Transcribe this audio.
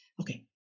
Okay